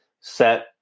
set